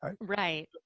Right